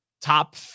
top